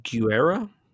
Guerra